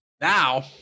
now